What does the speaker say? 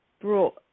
brought